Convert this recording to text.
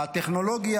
הטכנולוגיה